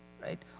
right